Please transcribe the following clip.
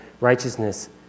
righteousness